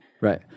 Right